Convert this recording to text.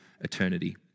eternity